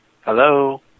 Hello